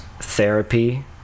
therapy